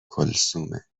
کلثومه